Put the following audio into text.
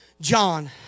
John